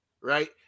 right